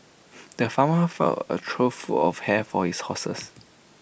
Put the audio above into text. the farmer filled A trough full of hay for his horses